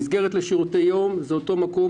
"מסגרת לשירותי יום" זה אותו מקום,